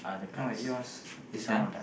how bout yours is done